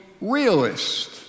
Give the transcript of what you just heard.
realist